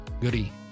Goody